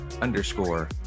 underscore